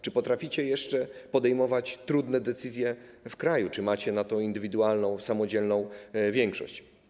Czy potraficie jeszcze podejmować trudne decyzje w kraju, czy macie na to indywidualną, samodzielną większość?